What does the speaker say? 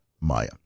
Maya